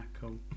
cool